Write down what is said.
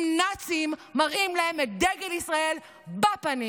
עם נאצים, מראים להם את דגל ישראל בפנים.